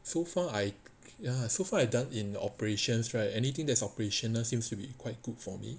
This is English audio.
so far I ya so far I done in the operations right anything that's operational seems to be quite good for me